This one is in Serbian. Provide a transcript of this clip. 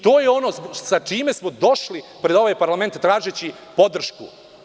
To je ono sa čime smo došli pred ovaj parlament, tražeći podršku.